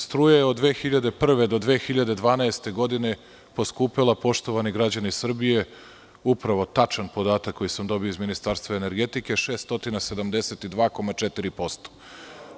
Struja je od 2001. do 2012. godine poskupela, poštovani građani Srbije, upravo tačan podatak koji sam dobio iz Ministarstva energetike, 672,4%